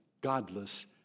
godless